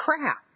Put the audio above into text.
crap